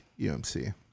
UMC